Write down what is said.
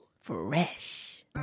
Fresh